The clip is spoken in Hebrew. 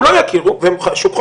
הם לא יכירו והם שוק חופשי,